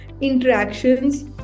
interactions